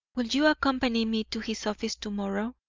will you accompany me to his office to-morrow?